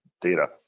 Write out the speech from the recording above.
data